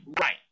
right